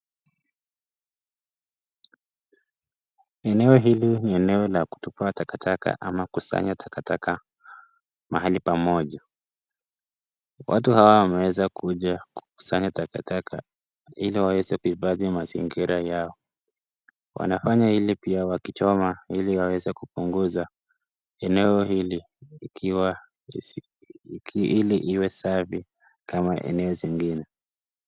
Eneo hili ni eneo la kutupa takataka ama kusanya takataka mahali pamoja. Watu hawa wameweza kuja kukusanya takataka ili waweze kuhifadhi mazingira yao. Wanafanya hili pia wakichoma ili waweze kupunguza, eneo hili ili liwe safi kama eneo zingine.